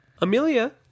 Amelia